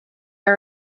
are